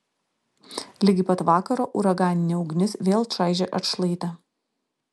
ligi pat vakaro uraganinė ugnis vėl čaižė atšlaitę